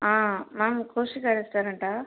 ஆ ma'am கோஷுகா ரெஸ்ட்டாரெண்ட்டா